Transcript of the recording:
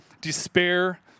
despair